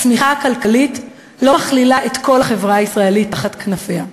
הצמיחה הכלכלית לא מכלילה את כל החברה הישראלית תחת כנפיה.